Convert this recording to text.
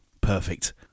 Perfect